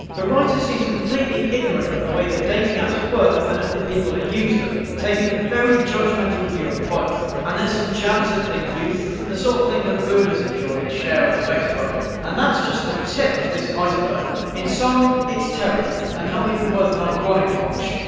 the writer seems completely ignorant of the way dating apps work and of the people that use them, taking a very judgemental view of both. and there's some jabs at the youth, the sort of thing boomers enjoy and share on facebook. and that's just the tip of this iceberg. in sum, it's terrible, and not even worth an ironic watch.